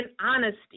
honesty